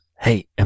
Hey